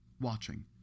watching